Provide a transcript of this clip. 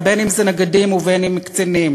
בין אם זה נגדים ובין אם זה קצינים.